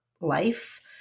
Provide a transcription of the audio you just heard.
life